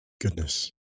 goodness